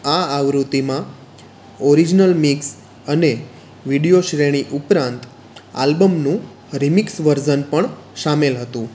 આ આવૃત્તિમાં original mix અને વીડિયો શ્રેણી ઉપરાંત આલ્બમનું રિમિક્સ વર્ઝન પણ સામેલ હતું